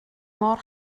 mor